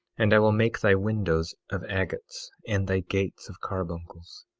and i will make thy windows of agates, and thy gates of carbuncles,